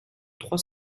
trois